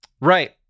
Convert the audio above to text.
Right